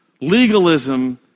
legalism